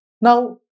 Now